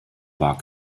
war